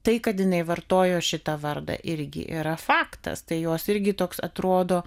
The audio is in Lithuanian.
tai kad jinai vartojo šitą vardą irgi yra faktas tai jos irgi toks atrodo